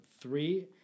three